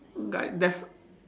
like there's